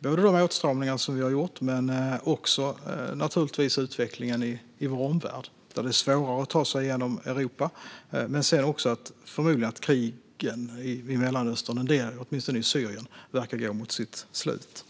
de åtstramningar som vi gjort men naturligtvis också av utvecklingen i vår omvärld - att det är svårare att ta sig genom Europa men också att en del av krigen i Mellanöstern, åtminstone det i Syrien, verkar gå mot sitt slut.